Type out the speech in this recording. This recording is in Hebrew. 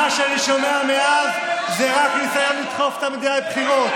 מה שאני שומע מאז זה רק ניסיון לדחוף את המדינה לבחירות.